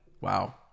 Wow